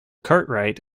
cartwright